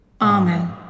Amen